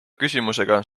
küsimusega